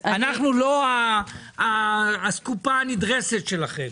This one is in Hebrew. אנחנו לא האסקופה הנדרסת שלכם.